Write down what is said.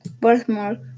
Birthmark